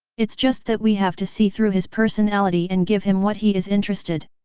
it's just that we have to see through his personality and give him what he is interested!